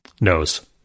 nose